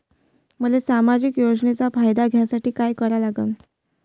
मले सामाजिक योजनेचा फायदा घ्यासाठी काय करा लागन?